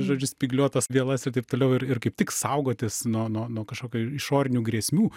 žodžiu spygliuotas vielas ir taip toliau ir ir kaip tik saugotis nuo nuo nuo kažkokio išorinių grėsmių